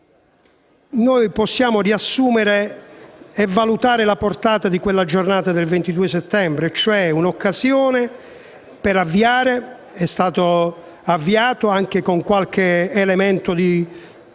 possiamo riassumere e valutare la portata di quella giornata del 22 settembre, e cioè un'occasione per avviare - è stato avviato anche con qualche elemento di